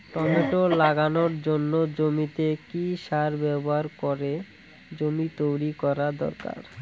Tomato লাগানোর জন্য জমিতে কি সার ব্যবহার করে জমি তৈরি করা দরকার?